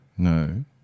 No